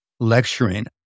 lecturing